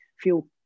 feel